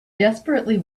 desperately